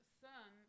son